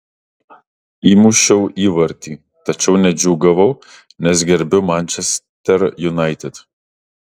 įmušiau įvartį tačiau nedžiūgavau nes gerbiu manchester united